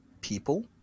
people